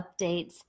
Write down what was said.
updates